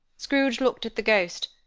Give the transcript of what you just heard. scrooge looked at the ghost,